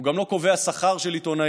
הוא גם לא קובע השכר של עיתונאים.